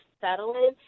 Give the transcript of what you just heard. settling